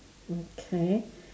okay